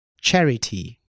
Charity